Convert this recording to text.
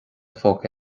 phóca